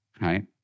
right